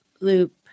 loop